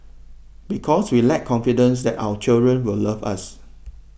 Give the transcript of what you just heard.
because we lack confidence that our children will love us